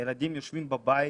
הילדים יושבים בבית,